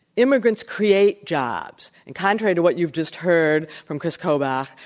immigrants create jobs. and contrary to what you've just heard from kris kobach,